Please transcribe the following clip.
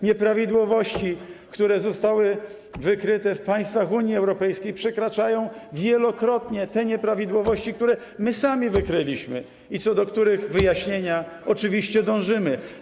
Nieprawidłowości, które zostały wykryte w państwach Unii Europejskiej, przekraczają wielokrotnie te nieprawidłowości, które my sami wykryliśmy i co do których wyjaśnienia oczywiście dążymy.